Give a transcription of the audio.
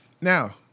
Now